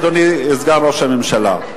אדוני סגן ראש הממשלה,